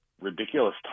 ridiculous